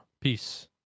Peace